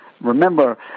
Remember